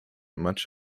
much